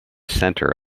center